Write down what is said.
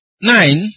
Nine